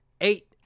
eight